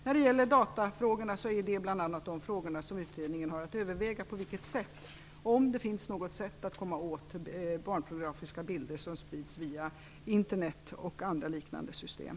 När det gäller datafrågorna har utredningen att överväga på vilket sätt - om det finns något sätt - vi kan komma åt barnpornografiska bilder som sprids via Internet och andra liknande system.